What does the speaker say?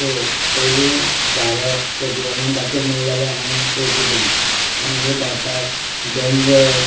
पो पयलें भारत फोटवांतल्यान दाखोवप म्हणले जाल्यार हांव वळखितलो आमगें भारताक दोंगर